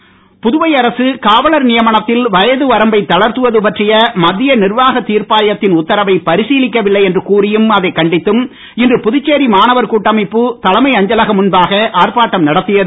போராட்டம் புதுவை அரசு காவலர் நியமனத்தில் வயது வரம்பை தளர்த்துவது பற்றிய மத்திய நிர்வாக தீர்ப்பாயத்தின் உத்தரவை பரிசீலிக்கவில்லை என்று கூறியும் அதைக் கண்டித்தும் இன்று புதுச்சேரி மாணவர் கூட்டமைப்பு தலைமை அஞ்சலகம் முன்பாக ஆர்ப்பாட்டம் நடத்தியது